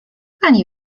pani